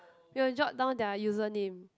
we will jot down their username